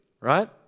right